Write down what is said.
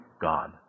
God